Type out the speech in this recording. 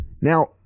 Now